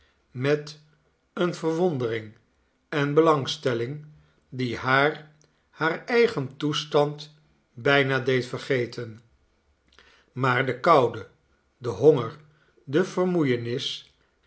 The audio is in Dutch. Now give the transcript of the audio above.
met eene verwondering en belangstelling die haar haar eigen toestand bijna deed vergeten maar de koude de honger de vermoeienis